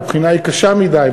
והבחינה קשה מדי,